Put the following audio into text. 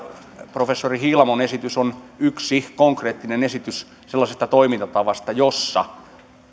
professori hiilamon esitys on yksi konkreettinen esitys sellaisesta toimintatavasta jossa